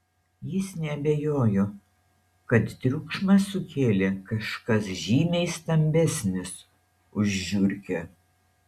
jis neabejojo kad triukšmą sukėlė kažkas žymiai stambesnis už žiurkę